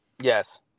Yes